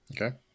Okay